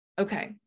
Okay